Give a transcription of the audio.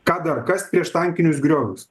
ką dar kast prieštankinius griovius